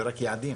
זה רק יעדים.